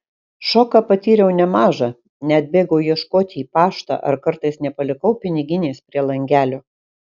šoką patyriau nemažą net bėgau ieškoti į paštą ar kartais nepalikau piniginės prie langelio